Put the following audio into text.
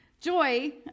Joy